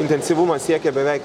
intensyvumas siekia beveik